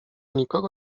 nikogo